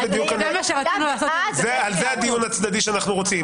זה הדיון הצדדי שאנחנו רוצים.